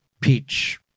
Peach